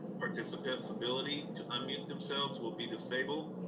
participant's ability to unmute themselves will be disabled,